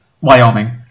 Wyoming